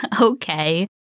Okay